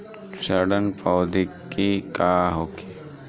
सड़न प्रधौगकी का होखे?